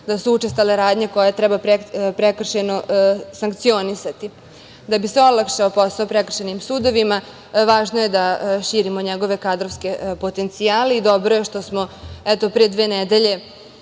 da su učestale radnje koje treba prekršajno sankcionisati. Da bi se olakšao posao prekršajnim sudovima, važno je da širimo njegove kadrovske potencijale i dobro je što smo, eto, pre dve nedelje